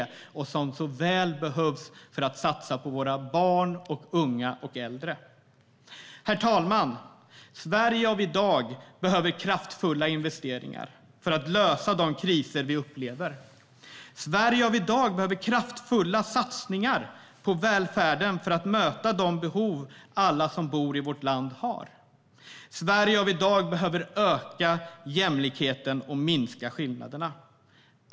Den behövs så väl för att vi ska kunna satsa på våra barn, unga och äldre. Herr talman! Sverige av i dag behöver kraftfulla investeringar för att lösa de kriser vi upplever. Sverige av i dag behöver kraftfulla satsningar på välfärden för att möta de behov alla som bor i vårt land har. Sverige av i dag behöver öka jämlikheten och minska skillnaderna.